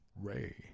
Ray